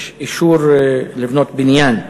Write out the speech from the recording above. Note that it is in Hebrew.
יש אישור לבנות בניין.